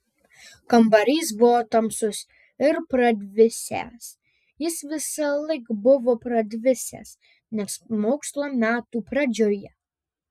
kambarys buvo tamsus ir pradvisęs jis visąlaik buvo pradvisęs net mokslo metų pradžioje